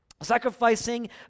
sacrificing